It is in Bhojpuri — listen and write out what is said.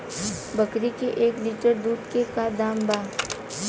बकरी के एक लीटर दूध के का दाम बा?